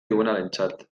duenarentzat